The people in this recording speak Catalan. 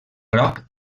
groc